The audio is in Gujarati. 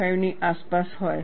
5 ની આસપાસ હોય